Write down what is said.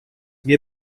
mir